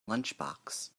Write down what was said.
lunchbox